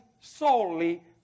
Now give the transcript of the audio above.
solely